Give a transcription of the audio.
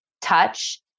touch